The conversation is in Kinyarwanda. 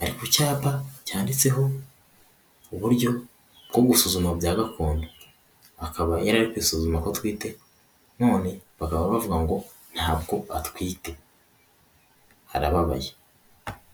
ari ku cyapa cyanditseho uburyo bwo gusuzuma bya gakondo, akaba yari ari kwisuzuma ko atwite none bakaba bavuga ngo ntabwo atwite, arababaye.